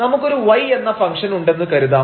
നമുക്കൊരു y എന്ന function ഉണ്ടെന്നു കരുതാം